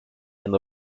and